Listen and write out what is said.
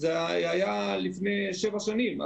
זה היה לפני שבע שנים.